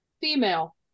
female